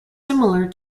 similar